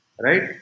Right